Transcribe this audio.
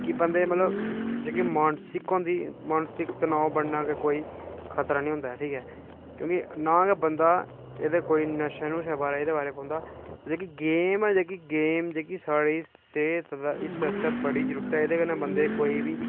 कि बंदे ई मतलब जेह्की मानसिक होंदी मानसिक तनाव बनना ते कोई खतरा निं होंदा ऐ ठीक ऐ ना गै बंदा एह्दे नशे बारे पौंदा जेह्की गेम ऐ जेह्की साढ़ी सेह्त आस्तै एह्दी बड़ी जरूरी ऐ इस ने बंदे ई कोई बी